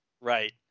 Right